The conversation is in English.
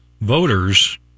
voters